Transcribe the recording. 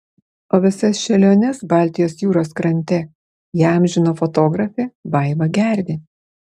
o visas šėliones baltijos jūros krante įamžino fotografė vaiva gervė